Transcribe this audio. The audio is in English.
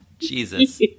Jesus